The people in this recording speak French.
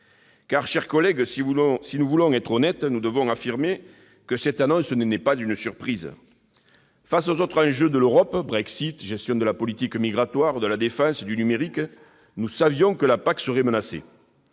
Mes chers collègues, si nous voulons être honnêtes, nous devons admettre que cette annonce n'est pas une surprise. En effet, face aux autres enjeux de l'Europe- Brexit, gestion de la politique migratoire, de la défense et du numérique -, nous savions que la PAC serait menacée.